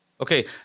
Okay